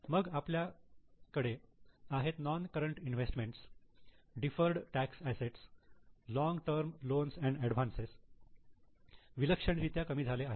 मग आपल्याकडे आहेत non current investment deferred tax assets long term loans and advance long term loans advances विलक्षण रित्या कमी झाले आहेत